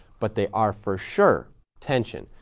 but they are for sure tension.